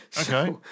Okay